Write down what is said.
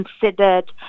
considered